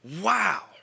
wow